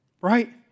right